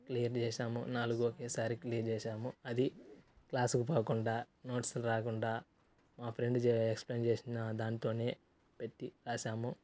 clear చేసాము నాలుగు ఒకేసారి క్లియర్ చేసాము అది క్లాసుకు పోకుండా నోట్స్లు రాకుండా మా ఫ్రెండ్ జే ఎక్స్ప్లెయిన్ చేసిన దాంతోనే పెట్టి రాసాము